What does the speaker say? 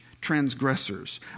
transgressors